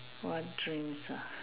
what dreams ah